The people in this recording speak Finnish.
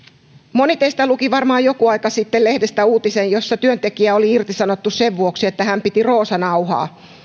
moni teistä luki varmaan joku aika sitten lehdestä uutisen jossa työntekijä oli irtisanottu sen vuoksi että hän piti roosa nauhaa